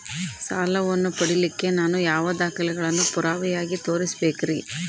ಸಾಲವನ್ನು ಪಡಿಲಿಕ್ಕೆ ನಾನು ಯಾವ ದಾಖಲೆಗಳನ್ನು ಪುರಾವೆಯಾಗಿ ತೋರಿಸಬೇಕ್ರಿ?